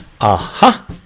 Aha